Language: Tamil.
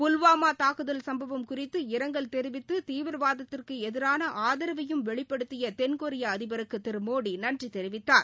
புல்வாமா தாக்குதல் சம்பவம் குறித்து இரங்கல் தெரிவித்து தீவிரவாதத்திற்கு எதிரான ஆதரவையும் வெளிபடுத்திய தென்கொரிய அதிபருக்கு திரு மோடி நன்றி தெரிவித்தார்